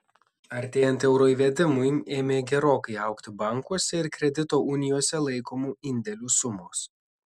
artėjant euro įvedimui ėmė gerokai augti bankuose ir kredito unijose laikomų indėlių sumos